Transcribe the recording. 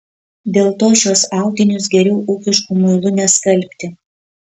dėl to šiuos audinius geriau ūkišku muilu neskalbti